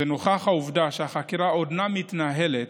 נוכח העובדה שהחקירה עודנה מתנהלת,